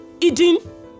eating